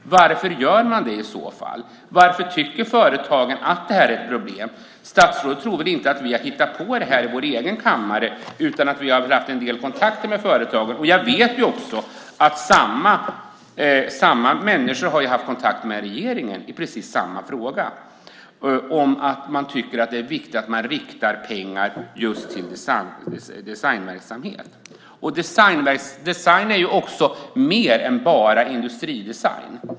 Varför tycker företagen att det är ett problem? Statsrådet tror väl inte att vi har hittat på detta i vår egen kammare, utan vi har haft en del kontakter med företagen. Jag vet att dessa människor har haft kontakt med regeringen i samma fråga, nämligen att det är viktigt att rikta pengar till designverksamhet. Design är också mer än bara industridesign.